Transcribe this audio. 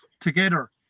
together